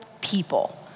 people